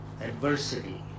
adversity